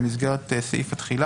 במסגרת סעיף התחילה,